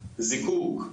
זיקוק,